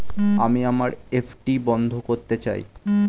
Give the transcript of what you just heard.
আমি আমার এফ.ডি বন্ধ করতে চাই